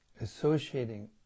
associating